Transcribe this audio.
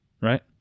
right